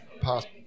past